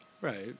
Right